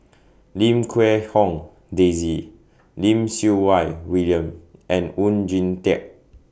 Lim Quee Hong Daisy Lim Siew Wai William and Oon Jin Teik